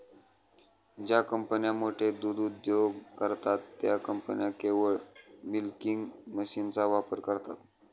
ज्या कंपन्या मोठे दूध उद्योग करतात, त्या कंपन्या केवळ मिल्किंग मशीनचा वापर करतात